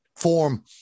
form